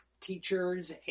teachers